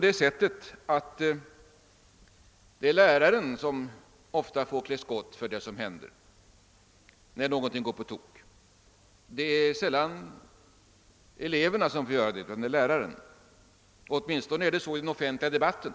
Det är oftast läraren som får klä skott när någonting går på tok; det är sällan eleverna som får göra det, åtminstone inte i den offentliga debatten.